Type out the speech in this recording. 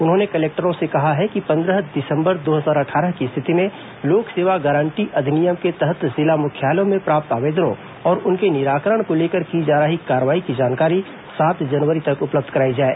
उन्होंने कलेक्टरों से कहा है कि पंद्रह दिसम्बर दो हजार अट्ठारह की स्थिति में लोक सेवा गारंटी अधिनियम के तहत जिला मुख्यालयों में प्राप्त आवेदनों और उनके निराकरण को लेकर की जा रही कार्रवाई की जानकारी सात जनवरी तक उपलब्ध कराई जाए